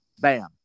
bam